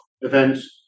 events